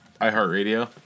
iHeartRadio